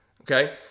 Okay